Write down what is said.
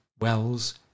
Wells